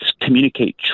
communicate